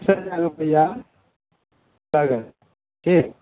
बीस हजार रूपैआ लागत ठीक